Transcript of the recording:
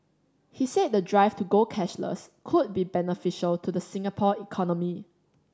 he said the drive to go cashless could be beneficial to the Singapore economy